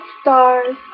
stars